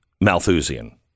Malthusian